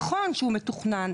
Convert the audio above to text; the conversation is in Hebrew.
נכון שהוא מתוכנן,